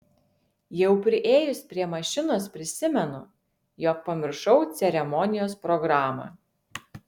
jau priėjus prie mašinos prisimenu jog pamiršau ceremonijos programą